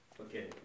Okay